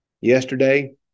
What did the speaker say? Yesterday